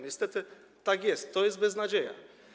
Niestety tak jest, to jest beznadzieja.